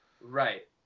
Right